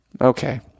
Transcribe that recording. Okay